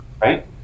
right